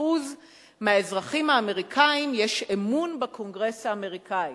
מהאזרחים האמריקנים יש אמון בקונגרס האמריקני.